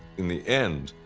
in the end,